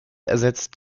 ersetzt